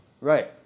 Right